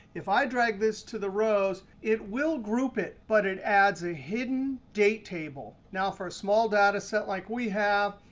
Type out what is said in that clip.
if i drag this to the rows, it will group it, but it adds a hidden date table. now, for a small data set like we have,